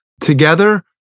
together